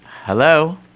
Hello